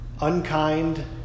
unkind